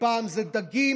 פעם זה דגים